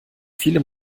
viele